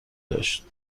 داشت